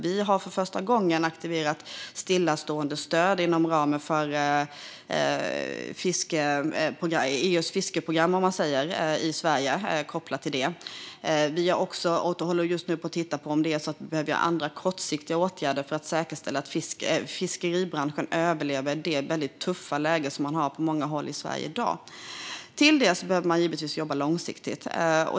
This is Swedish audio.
Vi har för första gången aktiverat stillaståendestöd inom ramen för EU:s fiskeprogram i Sverige. Vi tittar också på om vi behöver vidta andra kortsiktiga åtgärder för att säkerställa att fiskeribranschen överlever det väldigt tuffa läge som finns på många hålla i Sverige i dag. Därtill behöver man givetvis jobba långsiktigt.